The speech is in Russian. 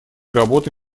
работы